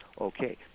okay